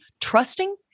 trusting